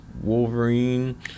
Wolverine